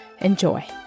Enjoy